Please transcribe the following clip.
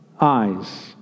eyes